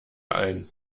ein